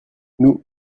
nous